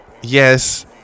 Yes